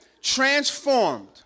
Transformed